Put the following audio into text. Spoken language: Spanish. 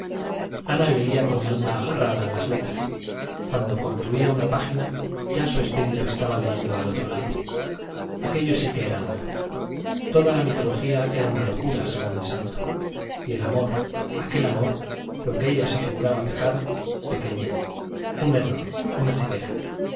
ana leía con el alma agarrada a las letras cuando concluía una página ya su espíritu estaba leyendo al otro lado aquello sí que era nuevo toda la mitología era una locura según el santo y el amor aquel amor lo que ella se figuraba pecado pequeñez un error una ceguera